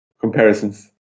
comparisons